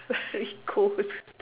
very cold